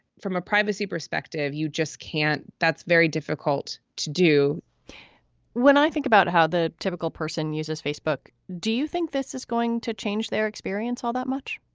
from a privacy perspective, you just can't that's very difficult to do when i think about how the typical person uses facebook. do you think this is going to change their experience all that much?